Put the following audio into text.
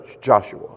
Joshua